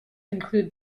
include